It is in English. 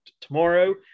tomorrow